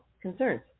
concerns